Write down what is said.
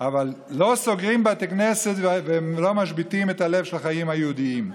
אבל לא סוגרים בתי כנסת ולא משביתים את הלב של החיים היהודיים.